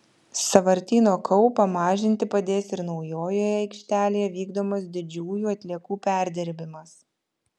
sąvartyno kaupą mažinti padės ir naujojoje aikštelėje vykdomas didžiųjų atliekų perdirbimas